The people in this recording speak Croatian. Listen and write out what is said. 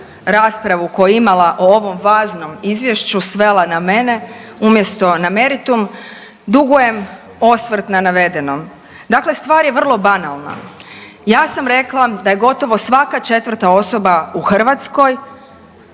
raspravu koju je imala o ovom važnom Izvješću svela na mene, umjesto na meritum, dugujem osvrt na navedeno. Dakle, stvar je vrlo banalna. Ja sam rekla da je gotovo svaka 4. osoba u Hrvatskoj,